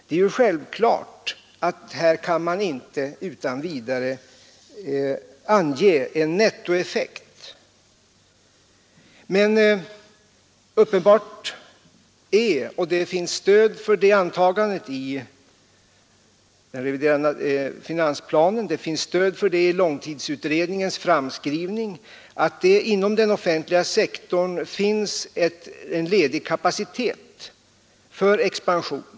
Här kan man självfallet inte utan vidare ange en nettoeffekt för statsbudgeten av vårt förslag. Uppenbart är emellertid — och det finns stöd för det antagandet i den reviderade finansplanen och i långtidsutredningens framskrivning — att det inom den offentliga sektorn föreligger ledig kapacitet för expansion.